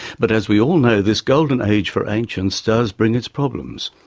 but as we all know, this golden age for ancients does bring its problems.